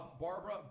Barbara